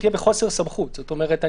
זאת אומרת,